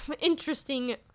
interesting